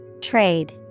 Trade